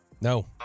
No